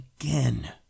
again